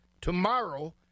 tomorrow